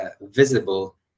visible